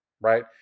right